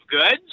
goods